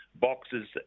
boxes